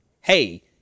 hey